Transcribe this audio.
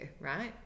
right